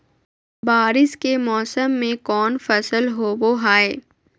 बारिस के मौसम में कौन फसल होबो हाय?